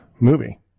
movie